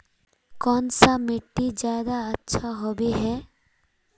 कौन सा मिट्टी ज्यादा अच्छा होबे है?